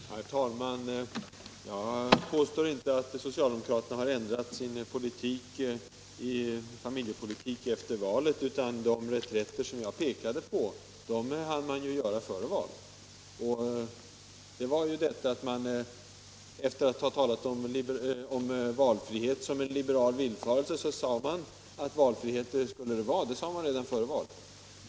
Herr talman! Jag påstod inte att socialdemokraterna har ändrat sin familjepolitik efter valet, utan de reträtter som jag pekat på hann man ju göra före valet. Efter att ha talat om valfrihet som en liberal villfarelse sade man att valfrihet skulle det vara — det sade man redan före valet.